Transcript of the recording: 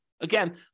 Again